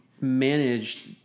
managed